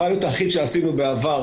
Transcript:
הפיילוט היחיד שעשינו בעבר,